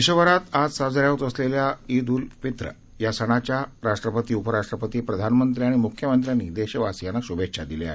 देशभरात आज साजऱ्या होत असलेल्या इद उल फित्र या सणाच्या राष्ट्रपती उपराष्ट्रपती प्रधानमंत्री आणि मुख्यमंत्र्यांनी देशवासीयांना शुभेच्छा दिल्या आहेत